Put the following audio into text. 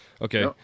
Okay